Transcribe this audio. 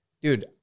dude